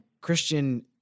Christian